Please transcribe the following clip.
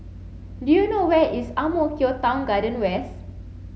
do you know where is Ang Mo Kio Town Garden West